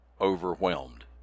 overwhelmed